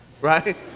Right